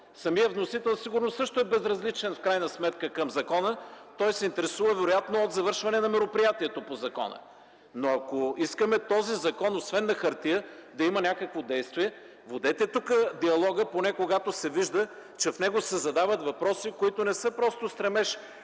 Самият вносител сигурно също в крайна сметка е безразличен към закона. Той се интересува вероятно от завършване на мероприятието по закона. Но, ако искаме този закон, освен на хартия, да има някакво действие, водете тук диалога, поне когато се вижда, че в него се задават въпроси, които не са просто стремеж